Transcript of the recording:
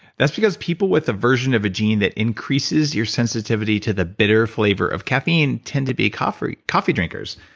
that's because people with a version of a gene that increases your sensitivity to the bitter flavor of caffeine, tend to be coffee coffee drinkers.